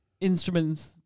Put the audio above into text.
instruments